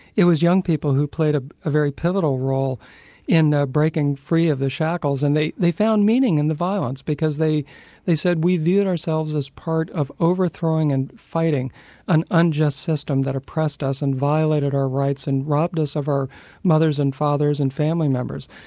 it was young people who played a ah very pivotal role in ah breaking free of the shackles and they they found meaning in the violence, because they they said we viewed ourselves as part of overthrowing and fighting an unjust system that oppressed us and violated our rights and robbed us of our mothers and fathers and family members.